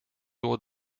door